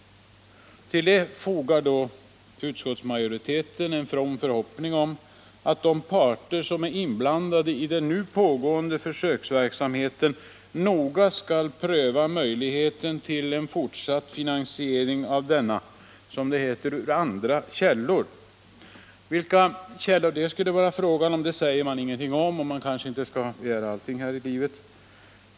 Till detta fogar sedan utskottsmajoriteten en from förhoppning om att de parter som är inblandade i den nu pågående försöksverksamheten noga skall pröva möjligheten till en fortsatt finansiering av denna ur, som det heter, ”andra källor”. Vilka källor det skulle vara fråga om säger man inget om, och kanske skall man inte begära allting här i livet.